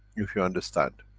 if you understand.